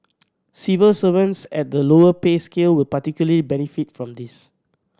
civil servants at the lower pay scale will particularly benefit from this